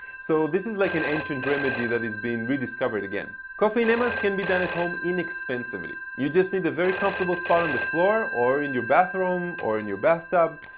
so this is like an ancient remedy that is being rediscovered again. coffee enemas can be done at home inexpensively. you just need a very comfortable spot on the floor, or in your bathroom, or in your bathtub,